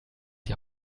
die